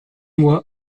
moi